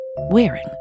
wearing